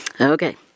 Okay